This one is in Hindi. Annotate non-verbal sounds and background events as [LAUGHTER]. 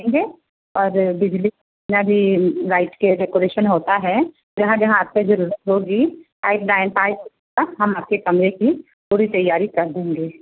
[UNINTELLIGIBLE] और बिजली में भी लाइट की अगर [UNINTELLIGIBLE] होता है जहाँ जहाँ आपको ज़रूरत होगी [UNINTELLIGIBLE] का हम आपके कमरे की पूरी तैयारी कर देंगे